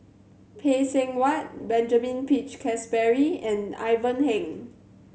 Phay Seng Whatt Benjamin Peach Keasberry and Ivan Heng